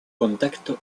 contacto